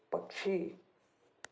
पक्षी